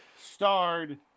starred